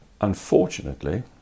unfortunately